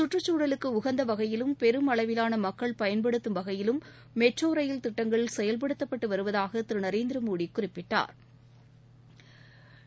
சுற்றுச் சூழலுக்கு உகந்த வகையிலும் பெரும் அளவிவான மக்கள் பயன்படுத்தும் வகையிலும் மெட்ரோ ரயில் திட்டங்கள் செயல்படுத்தப்பட்டு வருவதாக திரு நரேந்திரமோடி குறிப்பிட்டாள்